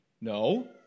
no